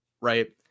right